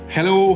Hello